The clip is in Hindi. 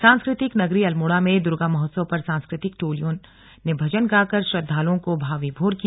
सांस्कृतिक नगरी अल्मोड़ा में दुर्गा महोत्सव पर सांस्कृतिक टोलियों ने भजन गाकर श्रद्दालुओं को भावविभोर किया